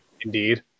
Indeed